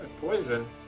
Poison